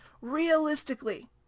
realistically